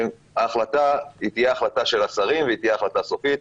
ההחלטה תהיה החלטה של השרים והיא תהיה החלטה סופית.